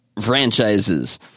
franchises